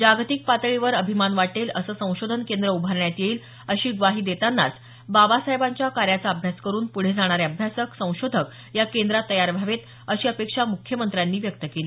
जागतिक पातळीवर अभिमान वाटेल असं संशोधन केंद्र उभारण्यात येईल अशी ग्वाही देतानाच बाबासाहेबांच्या कार्याचा अभ्यास करून पुढे जाणारे अभ्यासक संशोधक या केंद्रात तयार व्हावेत अशी अपेक्षा मुख्यमंत्र्यांनी यावेळी व्यक्त केली